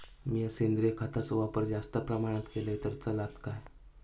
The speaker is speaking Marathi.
मीया सेंद्रिय खताचो वापर जास्त प्रमाणात केलय तर चलात काय?